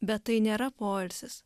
bet tai nėra poilsis